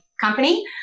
company